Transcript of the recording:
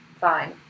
fine